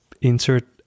insert